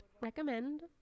recommend